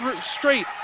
straight